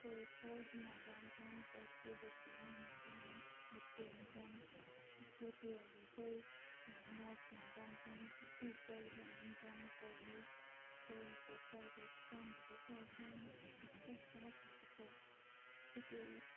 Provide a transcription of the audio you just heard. कोही फौजमा जान्छन् कोही पुलिसमा हुन्छन् भर्ती हुन्छन् केटीहरू चाहिँ नर्समा जान्छन् टिचर बनिन्छन् कोही कोही चाहिँ प्राइभेट कामहरू गर्छन् यस्तो खास गरीको यति